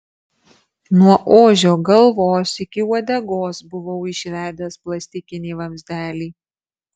nuo ožio galvos iki uodegos buvau išvedęs plastikinį vamzdelį